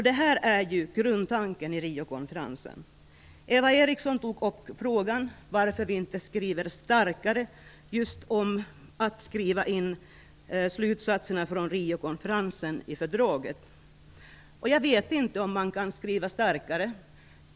Det här var ju grundtanken i Eva Eriksson frågade varför vi inte gör en starkare markering just genom att skriva in slutsatserna från Riokonferensen i fördraget. Jag vet inte om detta kan markeras starkare.